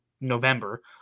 November –